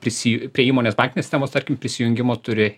prisi prie įmonės bankinės sistemos tarkim prisijungimo turi